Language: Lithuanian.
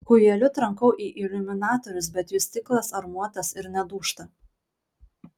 kūjeliu trankau į iliuminatorius bet jų stiklas armuotas ir nedūžta